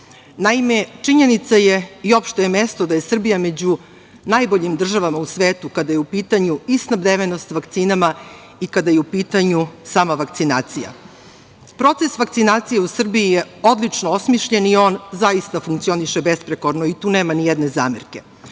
činjenica je i uopšte je poznato da je Srbija među najboljim državama u svetu kada je u pitanju i snabdevenost vakcinama i kada je u pitanju sama vakcinacija. Proces vakcinacije u Srbiji je odlično osmišljen i on zaista funkcioniše bezprekorno i tu nema nijedne zamerke.